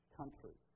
country